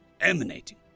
emanating